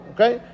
Okay